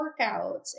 workouts